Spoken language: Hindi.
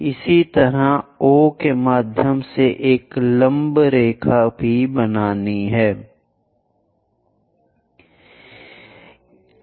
इसी तरह O के माध्यम से एक लंब रेखा भी बनाएं